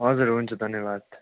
हजुर हुन्छ धन्यवाद